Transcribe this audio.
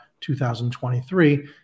2023